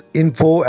info